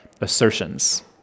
assertions